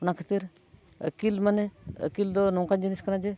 ᱚᱱᱟ ᱠᱷᱟᱹᱛᱤᱨ ᱟᱹᱠᱤᱞ ᱢᱟᱱᱮ ᱟᱹᱠᱤᱞ ᱫᱚ ᱱᱚᱝᱠᱟᱱ ᱡᱤᱱᱤᱥ ᱠᱟᱱᱟ ᱡᱮ